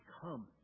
come